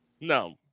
No